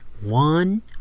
one